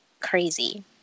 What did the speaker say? crazy